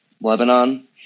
Lebanon